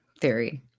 theory